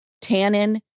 Tannin